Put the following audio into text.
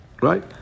Right